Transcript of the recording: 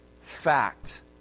fact